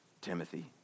Timothy